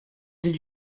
did